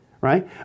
right